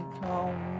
come